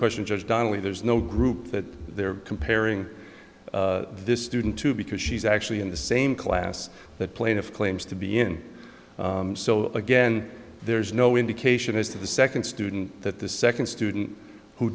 questions as donnelly there's no group that they're comparing this student to because she's actually in the same class that plaintiff claims to be in so again there's no indication as to the second student that the second student who